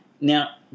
Now